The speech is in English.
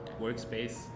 workspace